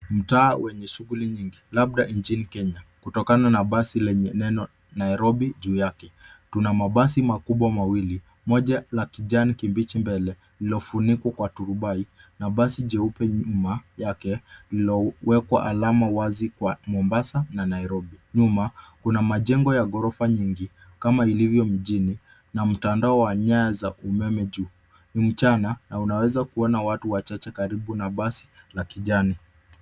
Mtaa wenye shughuli nyingi labda nchini Kenya kutokana na basi lenye neno Nairobi juu yake tuna mabasi makubwa mawili moja la kijani kibichi mbele iliyofunikwa kwa turubai nafasi jeupe nyuma yake lililowekwa alama wazi kwa Mombasa na Nairobi. Nyuma kuna majengo ya ghorofa nyingine kama ilivyo mjini na mtandao wa nyaya za umeme juu ni mchana na unaweza kuona watu wachache karibu na basi la kijani.